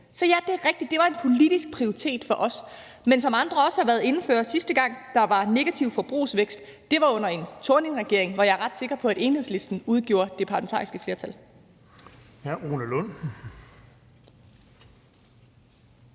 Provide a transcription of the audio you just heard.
Så ja, det et rigtigt. Det var en politisk prioritering for os. Men som andre også har været inde på, var sidste gang, der var en negativ forbrugsvækst, under Thorningregeringen, hvor jeg er ret sikker på Enhedslisten var en del af det parlamentariske flertal.